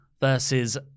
versus